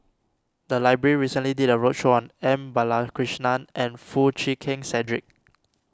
the library recently did a roadshow on M Balakrishnan and Foo Chee Keng Cedric